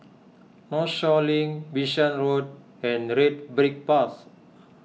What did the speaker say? Northshore Link Bishan Road and Red Brick Path